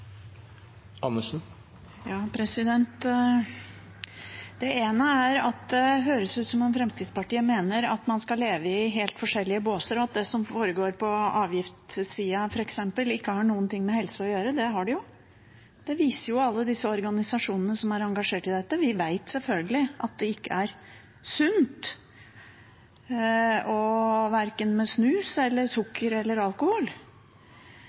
at det høres ut som om Fremskrittspartiet mener at man skal leve i helt forskjellige båser, og at det som foregår på avgiftssida, f.eks., ikke har noen ting med helse å gjøre. Det har det jo. Det viser jo alle disse organisasjonene som er engasjert i dette. Vi vet selvfølgelig at det ikke er sunt verken med snus, sukker eller alkohol.